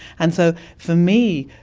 and so for me,